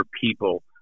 people